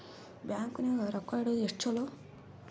Bank ನಾಗ ರೊಕ್ಕ ಇಡುವುದು ಎಷ್ಟು ಚಲೋ?